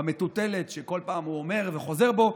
במטוטלת שכל פעם הוא אומר וחוזר בו,